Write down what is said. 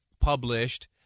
Published